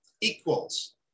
equals